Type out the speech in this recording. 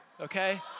okay